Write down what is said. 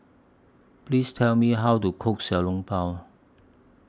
Please Tell Me How to Cook Xiao Long Bao